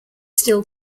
still